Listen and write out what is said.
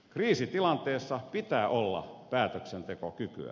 kriisitilanteessa pitää olla päätöksentekokykyä